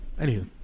Anywho